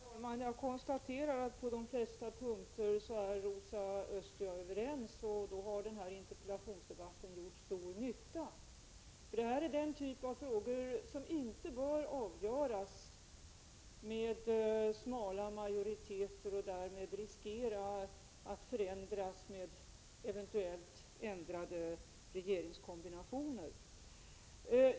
Herr talman! Jag konstaterar att Rosa Östh och jag är överens på de flesta punkter, och då har den här interpellationsdebatten gjort stor nytta. Den här frågan tillhör den typ av frågor som inte bör avgöras med smala majoriteter; om den avgörs på det sättet riskerar man att det blir en förändring i samband med skiftande regeringskombinationer.